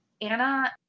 Anna